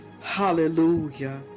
Hallelujah